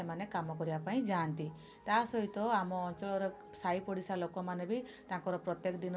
କାମ କରିବା ପାଇଁ ଯାଆନ୍ତି ତା' ସହିତ ଆମ ଅଞ୍ଚଳର ସାଇ ପଡ଼ିଶା ଲୋକମାନେ ବି ତାଙ୍କର ପ୍ରତ୍ୟକ ଦିନ ସେଇ